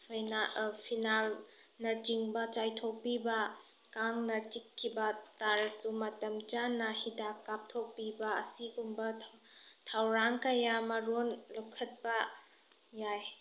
ꯐꯤꯅꯥꯏꯜꯅ ꯆꯤꯡꯕ ꯆꯥꯏꯊꯣꯛꯄꯤꯕ ꯀꯥꯡꯅ ꯆꯤꯛꯈꯤꯕ ꯇꯥꯔꯁꯨ ꯃꯇꯝ ꯆꯥꯅ ꯍꯤꯗꯥꯛ ꯀꯥꯞꯊꯣꯛꯄꯤꯕ ꯑꯁꯤꯒꯨꯝꯕ ꯊꯧꯔꯥꯡ ꯀꯌꯥꯃꯔꯨꯝ ꯂꯥꯈꯠꯄ ꯌꯥꯏ